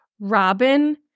Robin